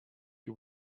you